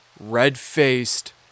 Red-faced